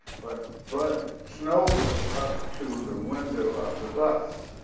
but, but snow was up to the window of the bus.